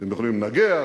אתם יכולים לנגח.